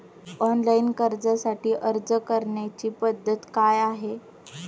Online कर्जासाठी अर्ज करण्याची पद्धत काय आहे?